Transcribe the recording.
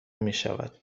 میشود